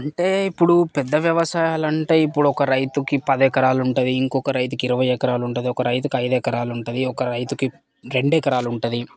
అంటే ఇప్పుడు పెద్ద వ్యవసాయాలు అంటే ఇప్పుడు ఒక రైతుకి పది ఎకరాలు ఉంటుంది ఇంకొక రైతుకి ఇరవై ఎకరాలు ఉంటుంది ఒక రైతుకు ఐదు ఎకరాలు ఉంటుంది ఒక రైతుకి రెండు ఎకరాలు ఉంటుంది